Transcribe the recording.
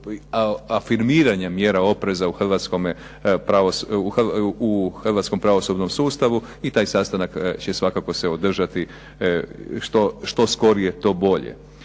afirmiranje mjera opreza u hrvatskom pravosudnom sustavu i taj sastanak će svakako se održati što skorije to bolje.